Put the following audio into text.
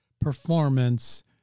performance